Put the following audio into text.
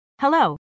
Hello